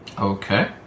Okay